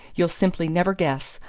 you'll simply never guess!